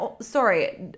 sorry